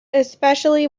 especially